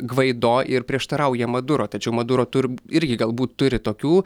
gvaido ir prieštarauja maduro tačiau maduro tur irgi galbūt turi tokių